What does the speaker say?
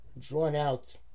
drawn-out